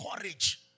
Courage